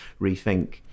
rethink